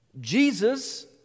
Jesus